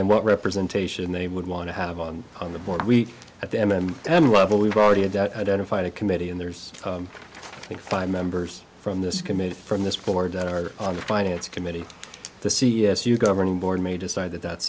then what representation they would want to have on on the board at the m and m level we've already had that identified a committee and there's five members from this committee from this board that are on the finance committee the c s u governing board may decide that that